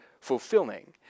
fulfilling